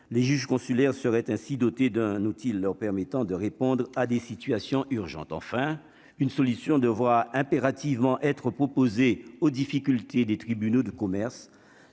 les juges consulaires serait ainsi dotée d'un outil leur permettant de répondre à des situations urgentes enfin une solution devra impérativement être proposé aux difficultés des tribunaux de commerce,